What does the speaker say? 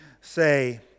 say